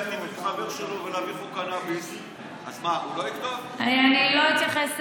אני שואל, אם אפשר שאלה.